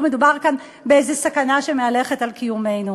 מדובר כאן באיזו סכנה שמהלכת על קיומנו.